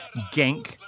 Genk